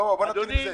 בוא נתחיל עם זה.